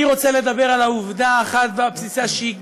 אני רוצה לדבר על העובדה האחת הבסיסית,